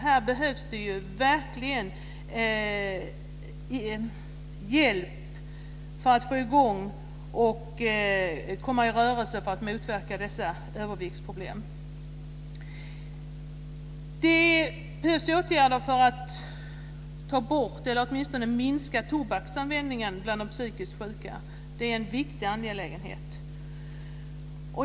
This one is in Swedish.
Här behövs det verkligen hjälp så att han kan komma i rörelse för att motverka sina överviktsproblem. Vidare behövs det åtgärder för att få bort, eller åtminstone minska, tobaksanvändningen bland de psykiskt sjuka. Detta är en viktig angelägenhet.